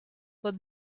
but